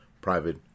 private